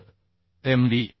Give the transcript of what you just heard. तर Md